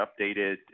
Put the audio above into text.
updated